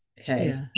Okay